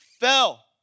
fell